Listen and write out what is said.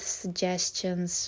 suggestions